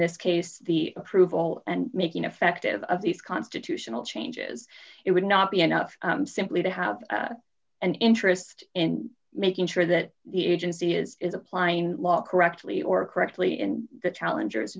this case the approval and making effective of these constitutional changes it would not be enough simply to have an interest in making sure that the agency is applying the law correctly or correctly and the challenge